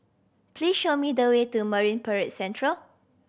please show me the way to Marine Parade Central